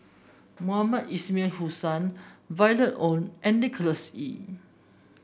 Mohamed Ismail Hussain Violet Oon and Nicholas Ee